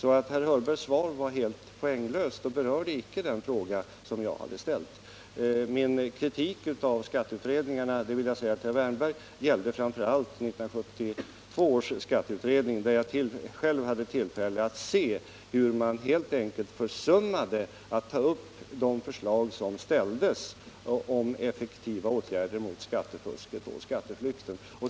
Herr Hörbergs svar var alltså helt poänglöst och berörde icke den fråga jag hade ställt. Jag vill till herr Wärnberg säga att min kritik av skatteutredningarna framför allt gällde 1972 års skatteutredning. Där hade jag själv tillfälle att se hur man helt enkelt försummade att ta upp de förslag som ställdes om effektiva åtgärder mot skattefusket och skatteflykten.